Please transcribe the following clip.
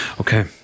Okay